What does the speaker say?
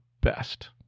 best